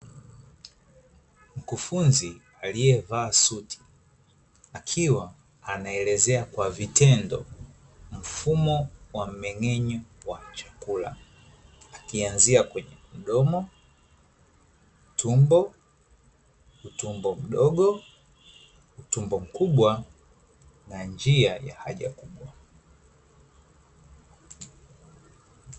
Mkufunzi aliyevaa suti, akiwa anaelezea kwa vitendo mfumo wa mmengenyo wa chakula, akianzia kwenye mdomo, tumbo, utumbo mdogo, utumbo mkubwa na njia ya haja kubwa.